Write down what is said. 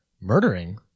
Murdering